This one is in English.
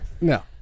No